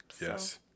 yes